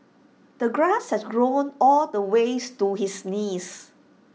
the grass had grown all the way to his knees